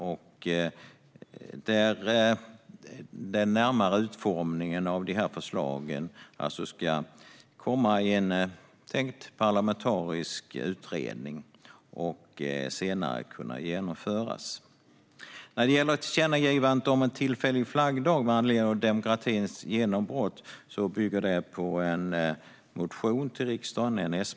Det är tänkt att den närmare utformningen av dessa förslag ska presenteras i en parlamentarisk utredning och att förslagen senare ska kunna genomföras. Tillkännagivandet om en tillfällig flaggdag med anledning av demokratins genombrott bygger på en S-motion till riksdagen.